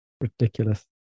ridiculous